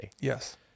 Yes